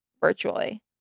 virtually